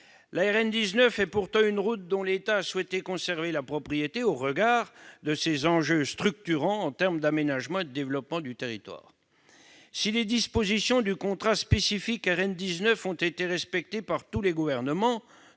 La RN 19 est pourtant une route dont l'État a souhaité conserver la propriété au regard de ses enjeux structurants en termes d'aménagement et de développement du territoire. Si les dispositions du contrat spécifique à la RN 19 ont été scrupuleusement respectées par tous les gouvernements,